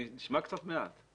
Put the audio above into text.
זה נשמע קצת מעט.